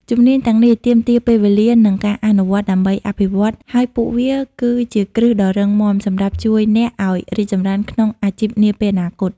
ជំនាញទាំងនេះទាមទារពេលវេលា និងការអនុវត្តដើម្បីអភិវឌ្ឍ ហើយពួកវាគឺជាគ្រឹះដ៏រឹងមាំសម្រាប់ជួយអ្នកឲ្យរីកចម្រើនក្នុងអាជីពនាពេលអនាគត។